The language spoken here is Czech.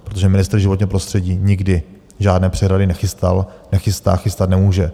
Protože ministr životního prostředí nikdy žádné přehrady nechystal, nechystá a chystat nemůže.